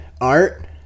art